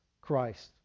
Christ